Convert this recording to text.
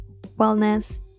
wellness